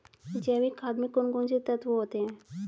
जैविक खाद में कौन कौन से तत्व होते हैं?